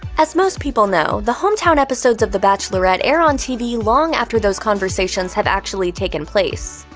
as most people know, the hometown episodes of the bachelorette air on tv long after those conversations have actually taken place.